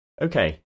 Okay